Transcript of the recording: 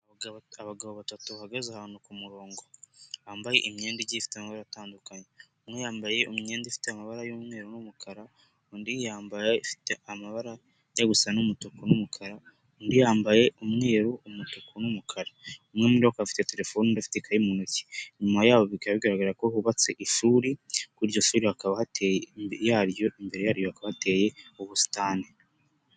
Abagabo batatu bahagaze ahantu kumurongo wambaye imyenda igiye ifite amabara atandukanye, umwe yambaye imyenda ifite amabara y'umweru n'umukara, undi yambaye ifite amabara ajya gusa n'umutuku n'umukara, undi yambaye umweru, umutuku n'umukara. Umwe muri bo afite telefone, undi afite ikaye mu ntoki. Nyuma yaho bikaba bigaragara ko hubatse ishuri hakaba hateye imbere yaryo ubusitani.